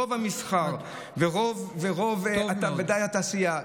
רוב המסחר ובוודאי רוב התעשייה,